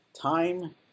time